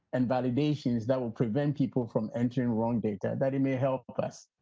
and validations that would prevent people from entering wrong data, that it may help us.